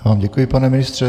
Já vám děkuji, pane ministře.